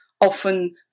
often